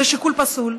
זה שיקול פסול.